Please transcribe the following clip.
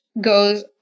goes